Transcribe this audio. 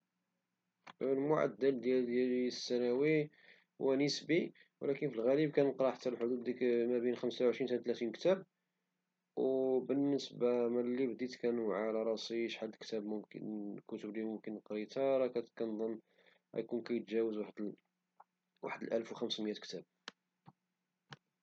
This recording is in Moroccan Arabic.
المعدل السنوي ديالي هو نسبي ولكن ف الغالب كنقرى في حدود ديك خمسة وعشرين حتى ثلاثين كتاب وبالنسبة ملي بديت كنوعى على راسي نقدر نكون قريت شي الف وخمس مئة كتاب.